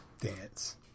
dance